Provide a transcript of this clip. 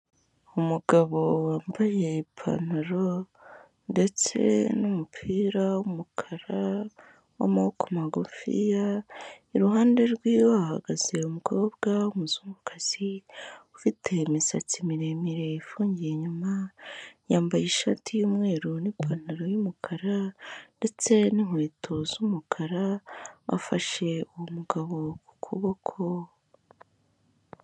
Umugabo wambaye ipantaro ndetse n'umupira w'umukara w'amaboko magufiya, iruhande rwe hahagaze umukobwa w'umuzungukazi ufite imisatsi miremire ifungiye inyuma, yambaye ishati y'umweru n'ipantaro y'umukara ndetse n'inkweto z'umukara, afashe uwo mugabo ku kuboko.